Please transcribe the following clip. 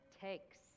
takes